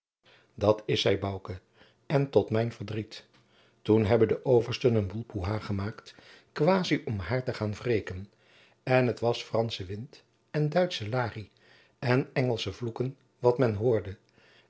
dat is zij bouke en tot mijn verdriet toen hebben de oversten een boel poha gemaakt quasi om haar te gaan wreken en het was fransche wind en duitsche lari en engelsche vloeken wat men hoorde